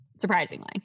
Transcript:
surprisingly